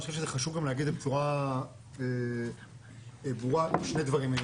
אני חושב שזה חשוב גם להגיד בצורה ברורה שני דברים.